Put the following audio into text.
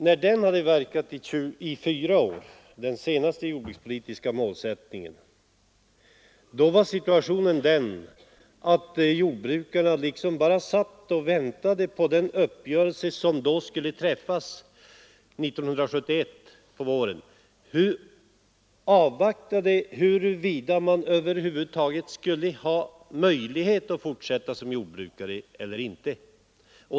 År 1971 när den senaste jordbrukspolitiska målsättningen hade varat i fyra år, var situationen sådan att jordbrukarna bara satt och väntade på den uppgörelse som skulle träffas våren 1971. De visste då inte om de över huvud taget skulle ha möjlighet att fortsätta som jordbrukare.